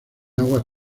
aguas